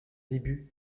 début